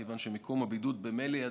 כיוון שמיקום הבידוד ממילא ידוע.